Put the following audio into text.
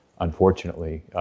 Unfortunately